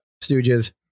Stooges